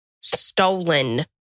Stolen